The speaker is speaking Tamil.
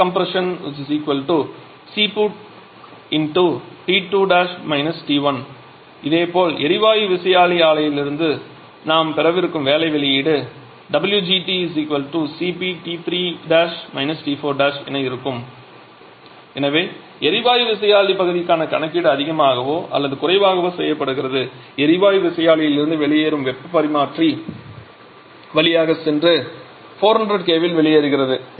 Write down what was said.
𝑊𝑐𝑜𝑚𝑝 𝐶𝑝 𝑇2′ − 𝑇1 இதேபோல் எரிவாயு விசையாழி ஆலையிலிருந்து நாம் பெறவிருக்கும் வேலை வெளியீடு 𝑊𝐺𝑇 𝐶𝑝 𝑇3′ − 𝑇4′ என இருக்கும் எனவே எரிவாயு விசையாழி பகுதிக்கான கணக்கீடு அதிகமாகவோ அல்லது குறைவாகவோ செய்யப்படுகிறது எரிவாயு விசையாழியிலிருந்து வெளியேறும் வெப்பப் பரிமாற்றி வழியாகச் சென்று 400 K இல் வெளியேறுகிறது